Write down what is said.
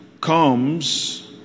comes